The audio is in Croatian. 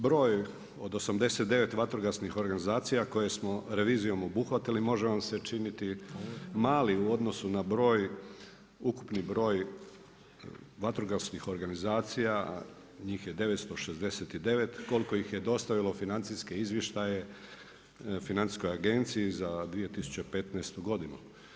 Broj od 89 vatrogasnih organizacija koje smo revizijom obuhvatili može vam se činiti mali u odnosu na broj, ukupni broj vatrogasnih organizacija njih je 969 koliko ih je dostavilo financijske izvještaje Financijskog agenciji za 2015. godinu.